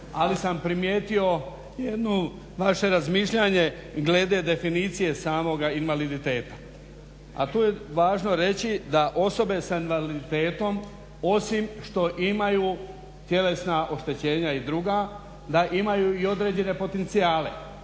Ali sam primijetio jedno vaše razmišljanje glede definicije samoga invaliditeta. A tu je važno reći da osobe sa invaliditetom osim što imaju tjelesna oštećenja i druga, da imaju i određene potencijale